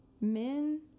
men